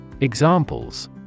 Examples